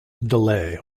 delay